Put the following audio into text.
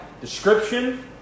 Description